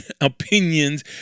opinions